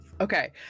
Okay